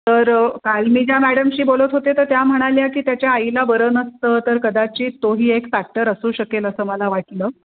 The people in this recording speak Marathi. तर काल मी ज्या मॅडमशी बोलत होते तर त्या म्हणाल्या की त्याच्या आईला बरं नसतं तर कदाचित तोही एक फॅक्टर असू शकेल असं मला वाटलं